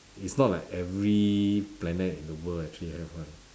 it's not like every planet in the world actually have one